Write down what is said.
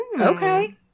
Okay